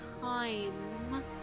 time